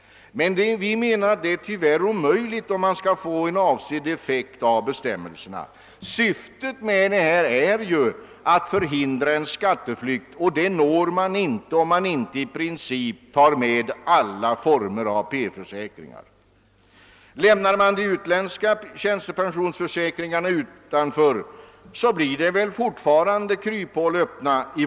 Detta är tyvärr omöjligt, om vi skall uppnå avsedd effekt med bestämmelserna. Syftet är ju att förhindra skatteflykt, och det når man inte om man inte i princip tar med alla former av P-försäkringar. Lämnar man de utländska tjänstepensionsförsäkringarna utanför, står fortfarande kryphål öppna.